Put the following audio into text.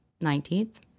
Nineteenth